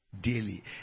daily